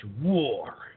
war